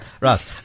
right